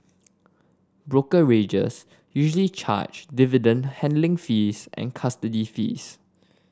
brokerages usually charge dividend handling fees and custody fees